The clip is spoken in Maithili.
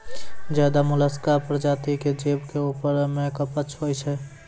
ज्यादे मोलसका परजाती के जीव के ऊपर में कवच होय छै